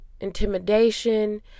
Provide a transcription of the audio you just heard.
intimidation